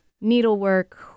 needlework